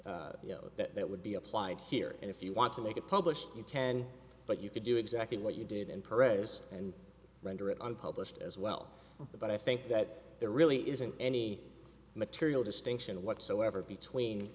you know that it would be applied here and if you want to make it published you can but you could do exactly what you did in parades and render it unpublished as well but i think that there really isn't any material distinction whatsoever between